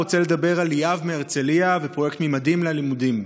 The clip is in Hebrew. אני רוצה לדבר על ליאב מהרצליה ופרויקט ממדים ללימודים.